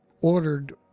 ordered